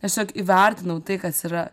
tiesiog įvertinau tai kas yra